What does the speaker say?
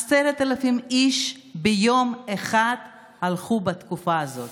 10,000 איש ביום אחד הלכו בתקופה הזאת.